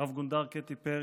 רב-גונדר קטי פרי,